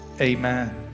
Amen